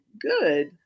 good